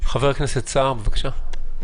חבר הכנסת סער, בבקשה.